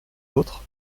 d’autres